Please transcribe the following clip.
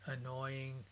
annoying